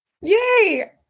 Yay